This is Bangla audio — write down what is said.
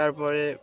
তারপরে